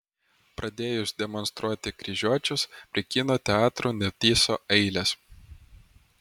pradėjus demonstruoti kryžiuočius prie kino teatrų nutįso eilės